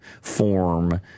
form